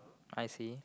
I see